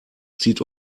zieht